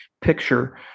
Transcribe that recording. picture